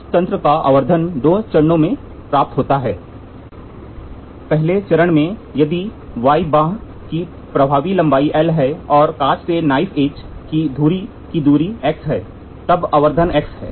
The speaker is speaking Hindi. इस यंत्र का आवर्धन दो चरणों में प्राप्त होता है • पहले चरण में यदि Y बांह की प्रभावी लंबाई L है और काज से नाइफ एज की धुरी की दूरी x है तब आवर्धन x है